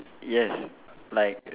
yes like